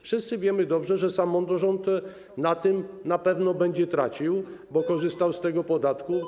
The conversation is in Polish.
Wszyscy wiemy dobrze, że samorząd na tym na pewno będzie tracił, bo korzystał z tego podatku.